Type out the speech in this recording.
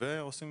ועושים